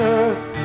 earth